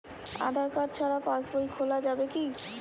আধার card ছাড়া পাশবই খোলা যাবে কি?